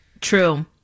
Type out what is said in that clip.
True